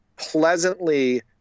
pleasantly